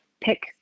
pick